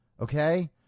okay